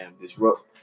Disrupt